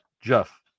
Jeff